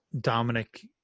Dominic